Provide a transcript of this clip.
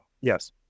Yes